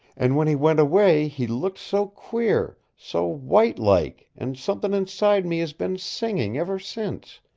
and when he went away he looked so queer so white-like and somethin' inside me has been singing ever since.